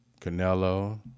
Canelo